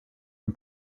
and